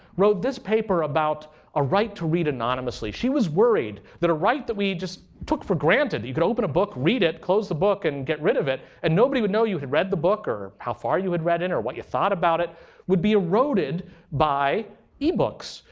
wrote this paper about a right to read anonymously. she was worried that a right that we just took for granted you could open a book, read it, close the book and get rid of it, and nobody would know you had read the book or how far you had read in or what you thought about it would be eroded by ebooks.